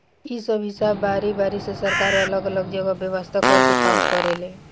इ सब हिसाब बारी बारी से सरकार अलग अलग जगह व्यवस्था कर के काम करेले